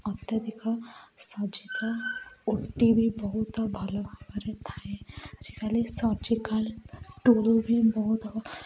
ଅତ୍ୟଧିକ surgical O T ବି ବହୁତ ଭଲ ଭାବରେ ଥାଏ ଆଜିକାଲି ସର୍ଜିକାଲ ଟୁଲ୍ ବି ବହୁତ